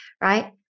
right